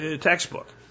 Textbook